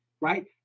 right